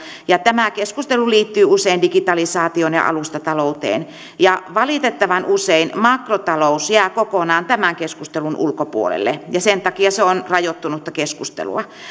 ja muuttuvia tämä keskustelu liittyy usein digitalisaatioon ja alustatalouteen ja valitettavan usein makrotalous jää kokonaan tämän keskustelun ulkopuolelle ja sen takia se on rajoittunutta keskustelua